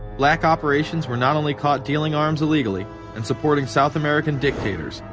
black operations were not only caught dealing arms illegally and supporting south american dictators,